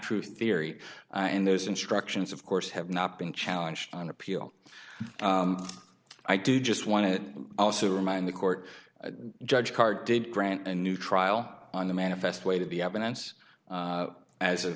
truth theory and those instructions of course have not been challenged on appeal i do just want to also remind the court judge carr did grant a new trial on the manifest way to be evidence